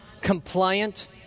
Compliant